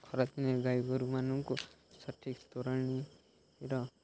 ଖରାଦିନେ ଗାଈ ଗୋରୁମାନଙ୍କୁ ସଠିକ୍ ତୋରାଣିର